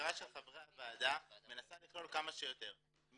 מנסה לכלול כמה שיותר,